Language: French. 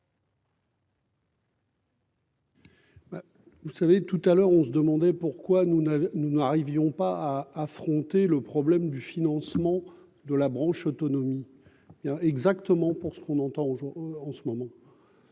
Vous savez, tout à l'heure, on se demandait pourquoi nous n'avons, nous n'arrivions pas à affronter le problème du financement de la branche autonomie il y a exactement pour ce qu'on entend au jour en ce moment.